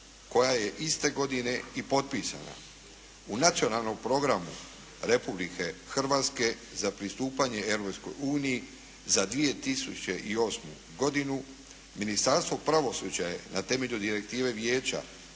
koja je iste godine i potpisana. U Nacionalnom programu Republike Hrvatske za pristupanje Europskoj uniji za 2008. godinu, Ministarstvo pravosuđa je na temelju direktive Vijeća